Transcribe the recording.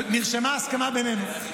אוה, נרשמה הסכמה בינינו.